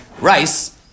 rice